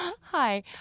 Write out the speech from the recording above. Hi